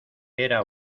era